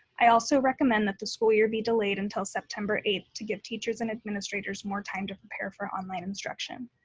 i also recommend that the school year be delayed until september eighth to give teachers and administrators more time to prepare for online instruction.